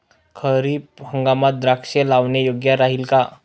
खरीप हंगामात द्राक्षे लावणे योग्य राहिल का?